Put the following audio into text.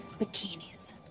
bikinis